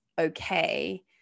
okay